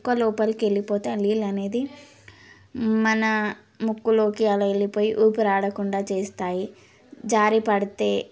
ఎక్కువ లోపలికి వెళ్ళిపోతే ఆ నీళ్ళనేది మన ముక్కులోకి అలా వెళ్ళిపోయి ఊపిరాడకుండా చేస్తాయి జారిపడితే